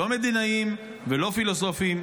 לא מדינאים ולא פילוסופים.